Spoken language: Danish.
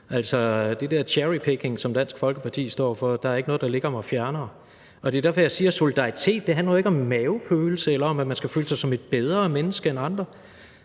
den der cherry picking, som Dansk Folkeparti står for, og det er derfor, jeg siger, at solidaritet jo ikke handler om mavefornemmelser eller om, at man skal føle sig som et bedre menneske end andre.